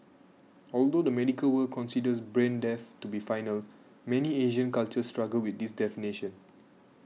although the medical world considers brain death to be final many Asian cultures struggle with this definition